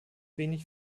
wenig